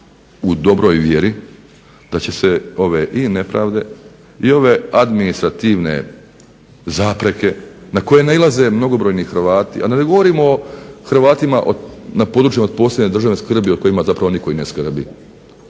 u dobroj vjeri da će se ove i nepravde i administrativne zapreke na koje nailaze mnogobrojni Hrvati a da ne govorimo o Hrvatima na područjima od posebne državne skrbi o kojima zapravo nitko ne skrbi,